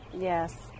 Yes